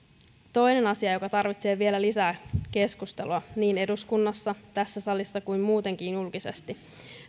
toinen asia joka tarvitsee vielä lisää keskustelua niin eduskunnassa tässä salissa kuin muutenkin julkisesti